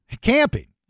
Camping